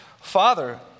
Father